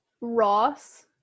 ross